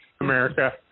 America